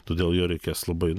todėl jo reikės labai